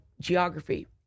geography